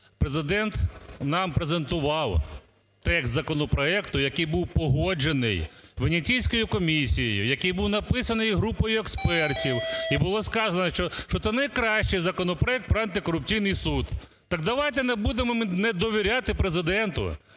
Президент нам презентував текст законопроекту, який був погоджений Венеційською комісією, який був написаний групою експертів, і було сказано, що це найкращий законопроект про антикорупційний суд. Так давайте не будемо ми недовіряти Президенту